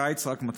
הקיץ רק מתחיל,